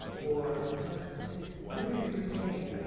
or, just just rude and crude things.